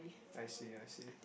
I see I see